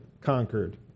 conquered